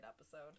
episode